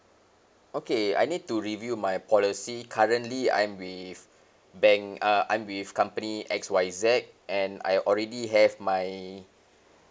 okay I need to review my policy currently I'm with bank uh I'm with company X Y Z and I already have my